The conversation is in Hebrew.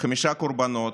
חמישה קורבנות,